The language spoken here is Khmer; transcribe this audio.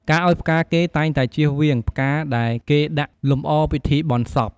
ការឱ្យផ្កាគេតែងតែជៀសវាងផ្កាដែលគេដាក់លំអពិធីបុណ្យសព។